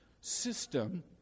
system